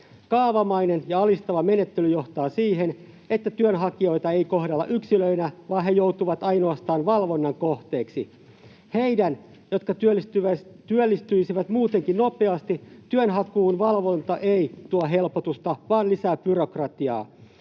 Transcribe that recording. Kaavamainen ja alistava menettely johtaa siihen, että työnhakijoita ei kohdella yksilöinä, vaan he joutuvat ainoastaan valvonnan kohteiksi. Heille, jotka työllistyisivät muutenkin nopeasti, valvonta ei tuo työnhakuun helpotusta vaan lisää byrokratiaa.